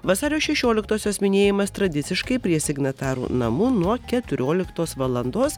vasario šešioliktosios minėjimas tradiciškai prie signatarų namų nuo keturioliktos valandos